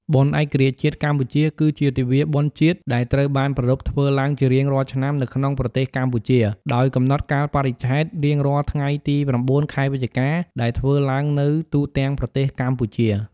បុណ្យឯករាជ្យជាតិកម្ពុជា គឺជាទិវាបុណ្យជាតិ ដែលត្រូវបានប្រារព្ធធ្វើឡើងជារៀងរាល់ឆ្នាំនៅក្នុងប្រទេសកម្ពុជា ដោយកំណត់កាលបរិច្ឆេទរៀងរាល់ថ្ងៃទី ៩ ខែវិច្ឆិកា ដែលធ្វើឡើងនៅទូទាំងប្រទេសកម្ពុជា។